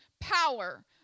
power